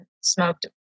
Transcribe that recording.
smoked